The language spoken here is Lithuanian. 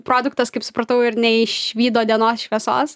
produktas kaip supratau ir neišvydo dienos šviesos